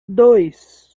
dois